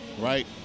Right